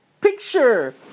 picture